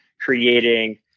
creating